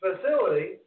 facility